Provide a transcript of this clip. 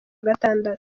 gatandatu